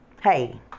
Hey